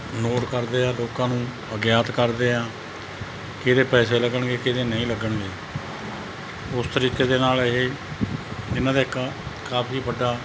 note ਕਰਦੇ ਆ ਲੋਕਾਂ ਨੂੰ ਅਗਿਆਤ ਕਰਦੇ ਆ ਕਿਹਦੇ ਪੈਸੇ ਲੱਗਣਗੇ ਕਿਹਦੇ ਨਹੀਂ ਲੱਗਣਗੇ ਉਸ ਤਰੀਕੇ ਦੇ ਨਾਲ ਇਹ ਇਹਨਾਂ ਦਾ ਇੱਕ ਕਾਫ਼ੀ ਵੱਡਾ